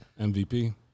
MVP